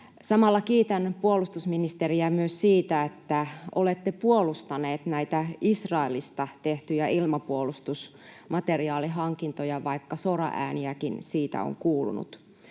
Samalla kiitän puolustusministeriä myös siitä, että olette puolustanut näitä Israelista tehtyjä ilmapuolustusmateriaalihankintoja, vaikka soraääniäkin siitä on kuulunut.